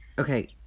Okay